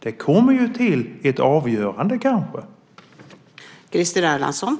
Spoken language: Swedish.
Det kommer ju kanske till ett avgörande.